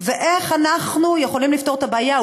ואיך אנחנו יכולים לפתור את הבעיה?